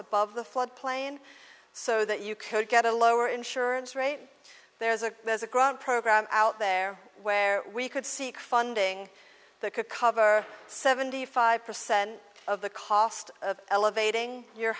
above the flood plain so that you could get a lower insurance rate there's a there's a grant program out there where we could seek funding that could cover seventy five percent of the cost of elevating your